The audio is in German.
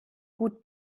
gut